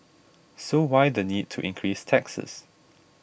so why the need to increase taxes